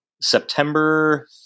September